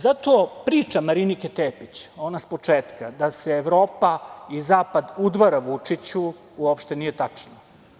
Zato priča Marinike Tepić, ona sa početka, da se Evropa i zapad udvara Vučiću uopšte nije tačna.